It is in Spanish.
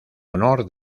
honor